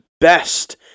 best